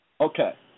Okay